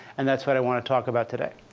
and that's what i want to talk about today.